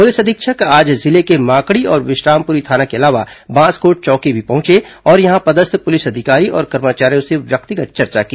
police अधीक्षक आज जिले के माकड़ी और विश्रामपुरी थाना के अलावा बांसकोट चौकी भी पहुंचे और यहां पदस्थ पुलिस अधिकारी और कर्मचारियों से व्यक्तिगत चर्चा की